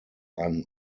ein